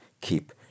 keep